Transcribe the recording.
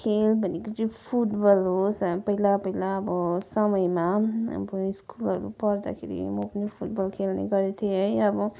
खेल भनेको चाहिँ फुटबल हो पहिला पहिला अब समयमा अब स्कुलहरू पढ्दाखेरि म पनि फुटबल खेल्ने गर्थेँ है अब